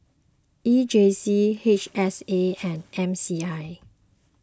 E J C H S A and M C I